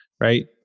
right